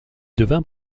devint